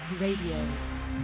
Radio